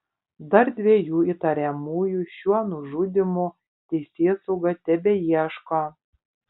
dar dviejų įtariamųjų šiuo nužudymu teisėsauga tebeieško